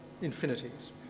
infinities